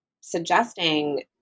suggesting